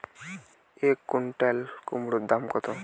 এক কুইন্টাল কুমোড় দাম কত?